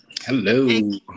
hello